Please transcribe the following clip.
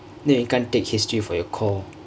then you can't take history for your core